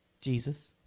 Jesus